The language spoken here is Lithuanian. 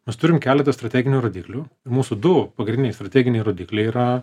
mes turim keletą strateginių rodiklių mūsų du pagrindiniai strateginiai rodikliai yra